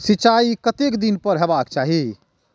सिंचाई कतेक दिन पर हेबाक चाही?